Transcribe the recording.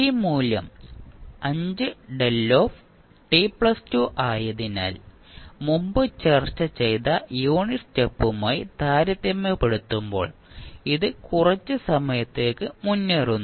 ഈ മൂല്യം 5t2 ആയതിനാൽ മുമ്പ് ചർച്ച ചെയ്ത യൂണിറ്റ് സ്റ്റെപ്പുമായി താരതമ്യപ്പെടുത്തുമ്പോൾ ഇത് കുറച്ച് സമയത്തേക്ക് മുന്നേറുന്നു